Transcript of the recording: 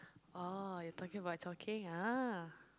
oh you're talking about talking chao keng ah